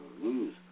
lose